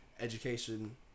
Education